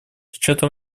учетом